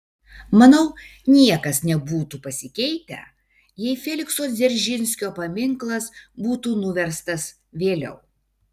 manau niekas nebūtų pasikeitę jei felikso dzeržinskio paminklas būtų nuverstas vėliau